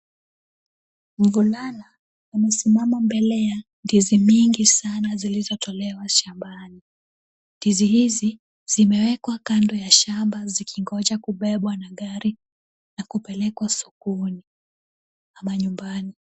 Mvulana amesimama mbele ya ndizi mingi sana zilizotolewa shambani. Ndizi hizi zimewekwa kando ya shamba zikingoja kubebwa na gari na kupelekwa sokoni ama nyumbani.